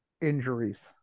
injuries